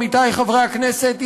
עמיתי חברי הכנסת,